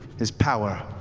his power,